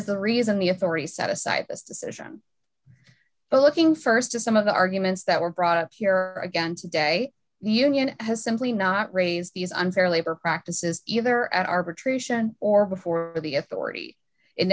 the reason the authority set aside this decision but looking st to some of the arguments that were brought up here again today union has simply not raised these unfair labor practices either at arbitration or before the authority